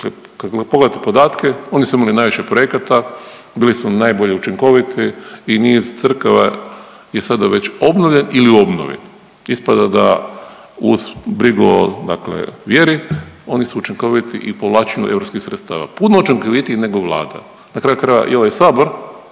Dakle, kad pogledate podatke oni su imali najviše projekata, bili su najbolje učinkoviti i niz crkava je sada već obnovljen ili u obnovi. Ispada da uz brigu o dakle vjeri, oni su učinkoviti i u povlačenju europskih sredstava, puno učinkovitiji nego Vlada. Na kraju krajeva i ovaj Sabor